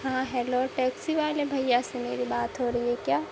ہاں hello taxi والے بھیا سے میری بات ہو رہی ہے کیا